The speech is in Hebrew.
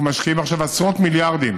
אנחנו משקיעים עכשיו עשרות מיליארדים